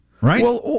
right